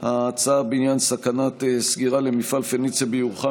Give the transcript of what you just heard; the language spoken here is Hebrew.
ההצעה בעניין סכנת סגירה למפעל פניציה בירוחם